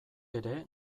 ere